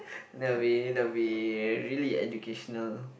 that will be that will be really educational